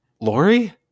Lori